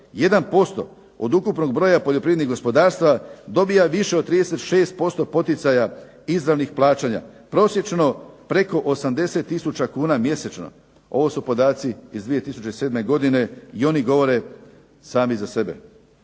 1% od ukupnog broja poljoprivrednih gospodarstava dobija više od 36% poticaja izravnih plaćanja. Prosječno preko 80000 kuna mjesečno. Ovo su podaci iz 2007. godine i oni govore sami za sebe.